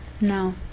No